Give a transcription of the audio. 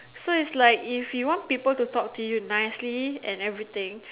so it's like if you want people to talk to you nicely and everything